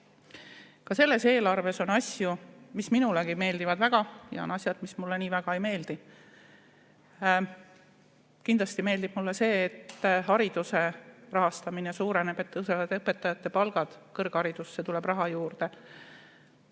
Ka selles eelarves on asju, mis minule väga meeldivad, ja on asju, mis mulle nii väga ei meeldi. Kindlasti meeldib mulle see, et hariduse rahastamine suureneb, et tõusevad õpetajate palgad, kõrgharidusse tuleb raha juurde.